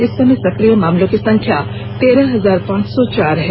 इस समय सक्रिय मामलों की संख्या तेरह हजार पांच सौ चार है